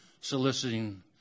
soliciting